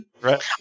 right